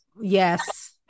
Yes